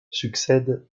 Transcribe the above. succède